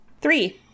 three